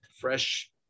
fresh